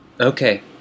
Okay